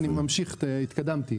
אני ממשיך, התקדמתי.